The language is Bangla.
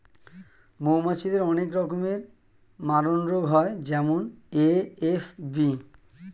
মৌমাছিদের অনেক রকমের মারণরোগ হয় যেমন এ.এফ.বি